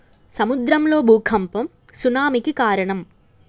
సముద్రం లో భూఖంపం సునామి కి కారణం